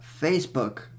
Facebook